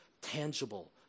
tangible